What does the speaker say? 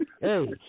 hey